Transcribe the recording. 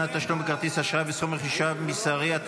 בכרטיס אשראי בסכום רכישה מזערי),